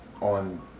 On